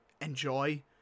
enjoy